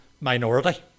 minority